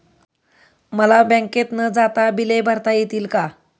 मला बँकेत न जाता बिले भरता येतील का?